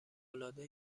العاده